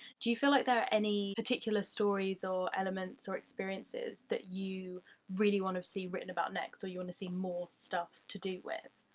do you feel like there are any particular stories or elements or experiences that you really wanna see written about next or you wanna see more stuff to do with?